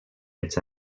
its